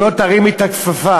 אם היא לא תרים את הכפפה,